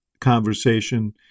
conversation